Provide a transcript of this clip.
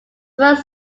verse